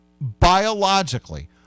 biologically